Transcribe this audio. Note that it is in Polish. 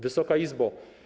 Wysoka Izbo!